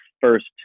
first